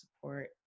support